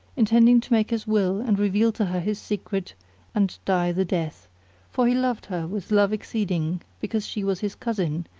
intending to make his will and reveal to her his secret and die the death for he loved her with love exceeding because she was his cousin,